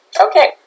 Okay